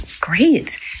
great